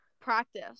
practice